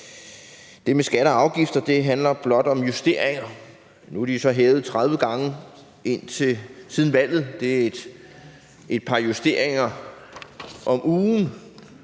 det med skatter og afgifter blot handler om justeringer. Nu er de så hævet 30 gange siden valget. Det svarer til et par justeringer om ugen,